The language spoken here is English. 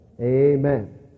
Amen